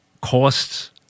costs